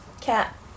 Cat